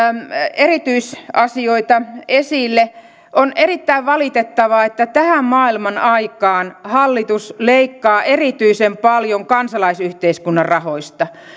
erityisasioita esille on erittäin valitettavaa että tähän maailmanaikaan hallitus leikkaa erityisen paljon kansalaisyhteiskunnan rahoista